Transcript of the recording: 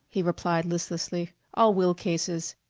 he replied listlessly all will cases.